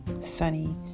sunny